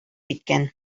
киткән